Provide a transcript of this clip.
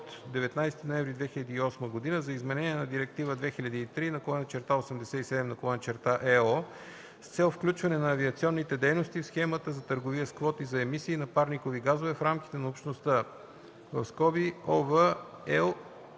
от 19 ноември 2008 г. за изменение на Директива 2003/87/ЕО с цел включване на авиационните дейности в схемата за търговия с квоти за емисии на парникови газове в рамките на Общността (ОВ,